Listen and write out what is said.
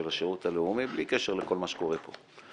השירות הלאומי בלי קשר לכל מה שקורה פה.